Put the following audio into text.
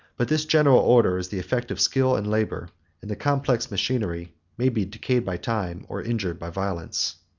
but this general order is the effect of skill and labor and the complex machinery may be decayed by time, or injured by violence.